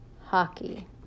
Hockey